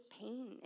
pain